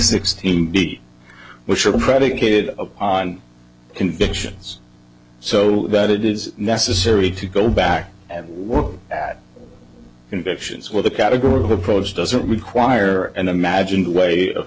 sixteen which are predicated on convictions so that it is necessary to go back and work at convictions where the category of approach doesn't require an imagined way of